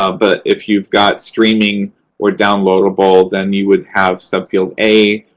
ah but if you've got streaming or downloadable, then you would have subfield a,